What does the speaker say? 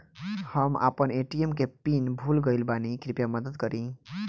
हम आपन ए.टी.एम के पीन भूल गइल बानी कृपया मदद करी